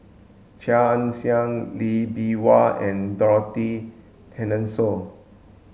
Chia Ann Siang Lee Bee Wah and Dorothy Tessensohn